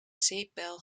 zeepbel